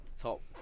top